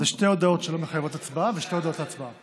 אז יש שתי הודעות שלא מחייבות הצבעה ושתי הודעות להצבעה.